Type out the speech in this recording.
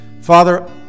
Father